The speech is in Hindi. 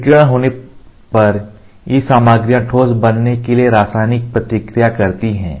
विकिरण होने पर ये सामग्रियां ठोस बनने के लिए रासायनिक प्रतिक्रिया से गुजरती हैं